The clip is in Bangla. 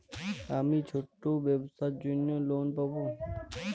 আমি ছোট ব্যবসার জন্য লোন পাব?